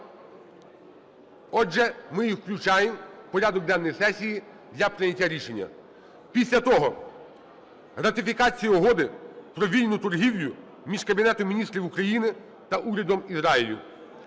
Отже, ми їх включаємо в порядок денний сесії для прийняття рішення. Після того ратифікація Угоди про вільну торгівлю між Кабінетом Міністрів України та Урядом Ізраїлю.